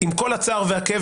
עם כל הצער והכאב,